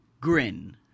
grin